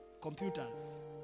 computers